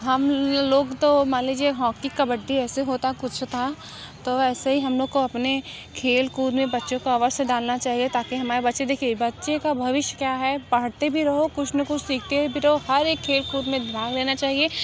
हम लोग तो मान लीजिए हॉकी कबड्डी ऐसे होता कुछ था तो ऐसे ही हम लोग को अपने खेल कूद में बच्चों को अवश्य डालना चाहिए ताकि हमारे बच्चे देखिये बच्चे का भविष्य क्या है पढ़ते भी रहो कुछ न कुछ सीखने भी रहो हर एक खेल कूद में भाग देना चाहिए